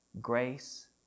Grace